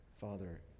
Father